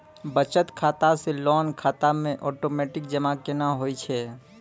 बचत खाता से लोन खाता मे ओटोमेटिक जमा केना होय छै?